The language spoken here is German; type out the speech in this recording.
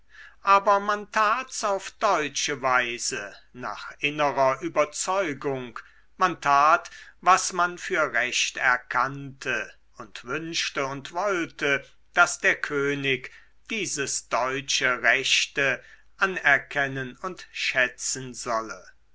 aber man tat's auf deutsche weise nach innerer überzeugung man tat was man für recht erkannte und wünschte und wollte daß der könig dieses deutsche rechte anerkennen und schätzen solle